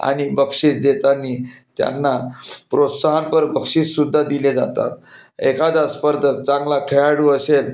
आणि बक्षीस देताना त्यांना प्रोत्साहनपर बक्षिससुद्धा दिले जातात एखादा स्पर्धक चांगला खेळाडू असेल